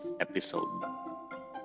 episode